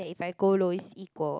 eh if I go low is equal